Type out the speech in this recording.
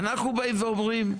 באים ואומרים,